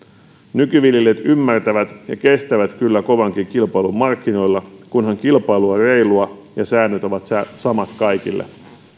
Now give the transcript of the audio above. nykyviljelijät ymmärtävät ja kestävät kyllä kovankin kilpailun markkinoilla kunhan kilpailu on reilua ja säännöt ovat samat kaikille